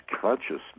consciousness